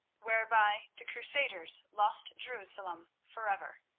whereby the crusaders lost jerusalem forever.